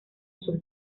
sus